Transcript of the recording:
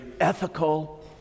ethical